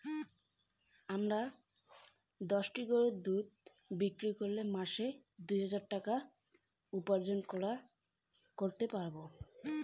দশটি গরুর দুধ বিক্রি করে মাসিক কত টাকা উপার্জন করা য়ায়?